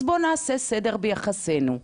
אז בוא נעשה סדר ביחסינו.